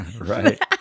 Right